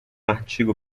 artigo